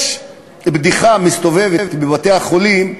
יש בדיחה שמסתובבת בבתי-החולים,